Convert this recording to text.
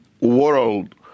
world